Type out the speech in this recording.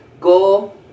go